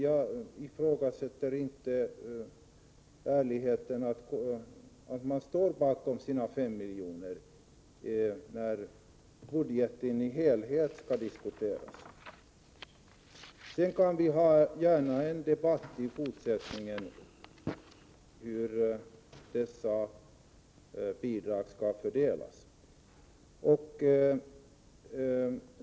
Jag ifrågasätter inte ärligheten bakom hans krav på 5 miljoner, men det är budgeten i sin helhet som skall diskuteras. Vi kan gärna i fortsättningen ha en debatt om hur dessa bidrag skall fördelas.